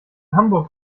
hamburg